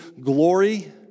glory